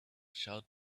showed